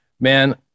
Man